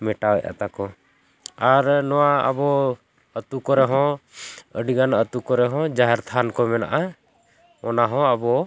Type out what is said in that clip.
ᱢᱮᱴᱟᱣᱮᱜᱼᱟ ᱛᱟᱠᱚ ᱟᱨ ᱱᱚᱣᱟ ᱟᱵᱚ ᱟᱛᱳ ᱠᱚᱨᱮ ᱦᱚᱸ ᱟᱹᱰᱤ ᱜᱟᱱ ᱟᱛᱳ ᱠᱚᱨᱮ ᱦᱚᱸ ᱡᱟᱦᱮᱨ ᱛᱷᱟᱱ ᱠᱚ ᱢᱮᱱᱟᱜᱼᱟ ᱚᱱᱟ ᱦᱚᱸ ᱟᱵᱚ